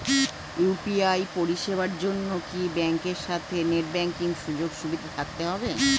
UPI পরিষেবার জন্য কি ব্যাংকের সাথে নেট ব্যাঙ্কিং সুযোগ সুবিধা থাকতে হবে?